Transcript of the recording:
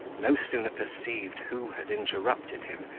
no sooner perceived who had interrupted him,